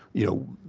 you know,